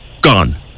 gone